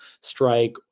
strike